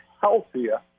healthier